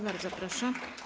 Bardzo proszę.